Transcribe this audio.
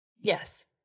yes